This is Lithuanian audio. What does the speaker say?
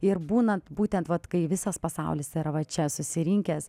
ir būna būtent vat kai visas pasaulis yra va čia susirinkęs